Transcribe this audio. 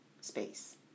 space